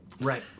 right